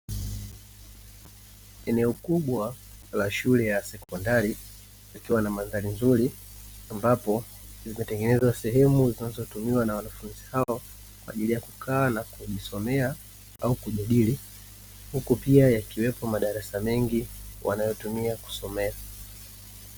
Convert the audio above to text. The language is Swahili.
Eneo kubwa la shule ya sekondari kukiwa na madarasa mazuri ambapo zimetengenezwa sehemu zinazotumiwa na wanafunzi hao kwa ajili ya kukaa na kujisomea au kujadili. Huku pia yakiwepo madarasa mengi wanayotumia kusomea.